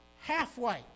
halfway